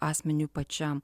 asmeniui pačiam